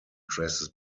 traces